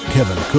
Kevin